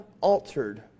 altered